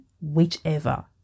whichever